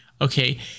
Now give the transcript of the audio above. okay